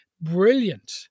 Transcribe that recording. brilliant